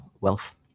wealth